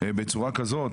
בצורה כזאת.